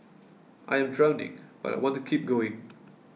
I am drowning but I want to keep going